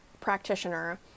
practitioner